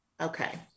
Okay